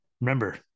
Remember